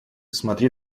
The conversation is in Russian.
смотри